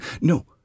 No